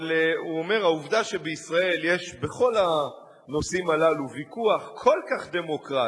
אבל הוא אומר: העובדה שבישראל יש בכל הנושאים הללו ויכוח כל כך דמוקרטי,